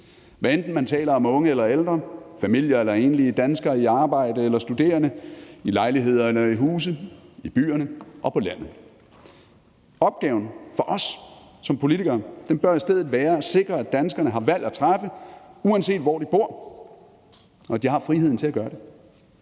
hvad enten man taler om unge eller ældre, familier eller enlige, danskere i arbejde eller studerende, om danskere i lejligheder eller i huse, i byerne eller på landet. Opgaven for os som politikere bør i stedet være at sikre, at danskerne har valg at træffe, uanset hvor de bor, og at de har friheden til at gøre det.